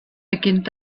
beginnt